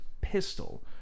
pistol